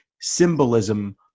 symbolism